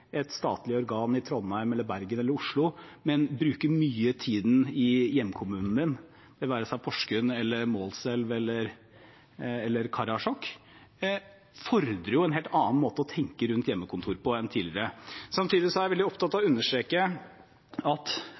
et statlig organ i Trondheim, Bergen eller Oslo, men bruke mye av tiden i hjemkommunen sin, det være seg Porsgrunn, Målselv eller Karasjok, fordrer en helt annen måte å tenke rundt hjemmekontor på enn tidligere. Samtidig er jeg veldig opptatt av å understreke at